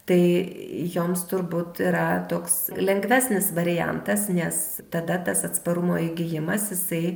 tai joms turbūt yra toks lengvesnis variantas nes tada tas atsparumo įgijimas jisai